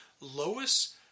Lois